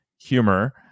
humor